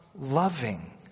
loving